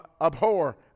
abhor